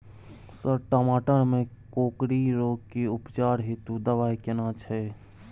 Sir टमाटर में कोकरि रोग के उपचार हेतु दवाई केना छैय?